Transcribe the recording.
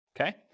okay